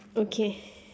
okay